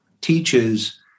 teaches